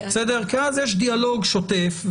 כי אז יש דיאלוג שוטף.